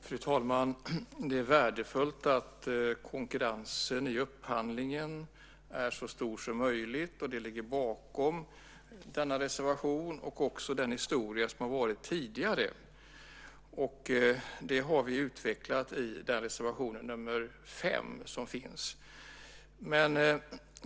Fru talman! Det är värdefullt att konkurrensen i upphandlingen är så stor som möjligt. Det ligger bakom denna reservation och också den historia som har varit tidigare. Det har vi utvecklat i reservation nr 5 i betänkandet.